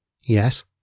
Yes